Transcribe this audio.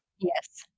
Yes